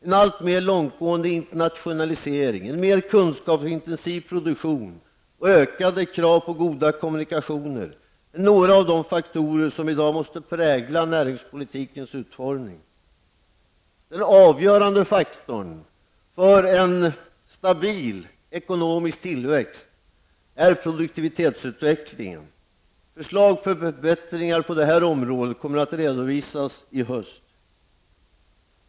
En alltmer långtgående internationalisering, en mer kunskapsintensiv produktion och ökade krav på goda kommunikationer är några av de faktorer som i dag måste prägla näringspolitikens utformning. Den avgörande faktorn för en stabil ekonomisk tillväxt är produktivitetsutvecklingen. Förslag till förbättringar på det området skall redovisas i höst.